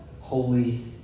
holy